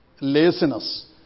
laziness